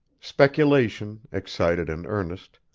speculation, excited and earnest,